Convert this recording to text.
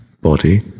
body